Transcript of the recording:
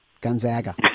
Gonzaga